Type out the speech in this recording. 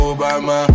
Obama